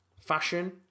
fashion